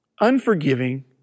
Unforgiving